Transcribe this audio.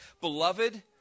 Beloved